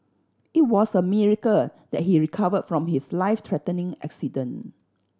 it was a miracle that he recovered from his life threatening accident